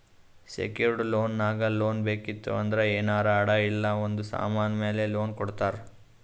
secured loan ನಾಗ್ loan ಬೇಕಿತ್ತು ಅಂದ್ರ ಏನಾರೇ ಅಡಾ ಇಲ್ಲ ಒಂದ್ ಸಮಾನ್ ಮ್ಯಾಲ ಲೋನ್ ಕೊಡ್ತಾರ್